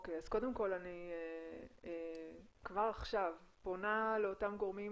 קודם כל אני כבר עכשיו פונה לאותם גורמים